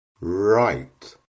Right